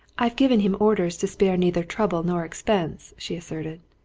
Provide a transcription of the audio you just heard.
i've given him orders to spare neither trouble nor expense, she asserted.